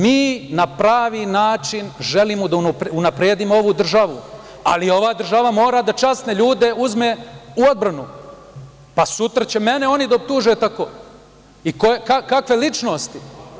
Mi na pravi način želimo da unapredimo ovu državu, ali ova država mora da časne ljude uzme u odbranu, pa sutra će mene oni da optuže tako i kakve ličnosti.